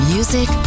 Music